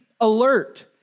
alert